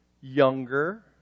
younger